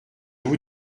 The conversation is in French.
vous